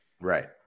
Right